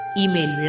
email